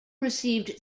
received